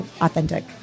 authentic